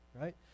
right